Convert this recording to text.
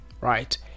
right